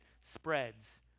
spreads